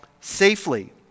safely